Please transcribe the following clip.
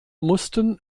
mussten